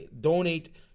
donate